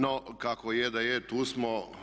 No, kako je da je, tu smo.